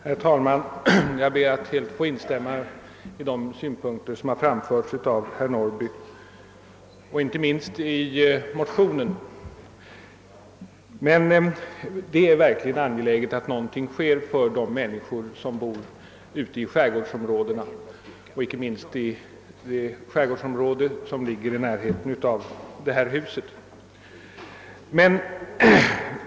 Herr talman! Jag ber att helt få instämma i de synpunkter, som framförts av herr Norrby och inte minst i motionen. Jag är verkligt angelägen att någonting sker för de människor som bor ute i skärgårdsområdena, inte minst i det skärgårdsområde som ligger i närheten av detta hus.